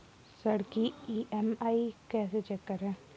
ऋण की ई.एम.आई कैसे चेक करें?